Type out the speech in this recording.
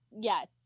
yes